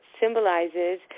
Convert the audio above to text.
symbolizes